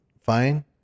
Fine